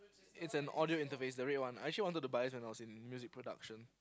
it's an audio interface the red one I actually wanted to buy this when I was in music production